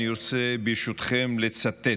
אני רוצה, ברשותכם, לצטט: